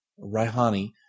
Raihani